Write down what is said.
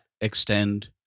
extend